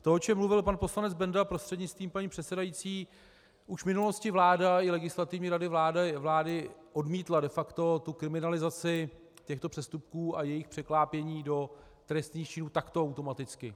To, o čem mluvil pan poslanec Benda prostřednictvím paní předsedající, už v minulosti vláda i Legislativní rada vlády odmítla de facto kriminalizaci těchto přestupků a jejich překlápění do trestných činů takto automaticky.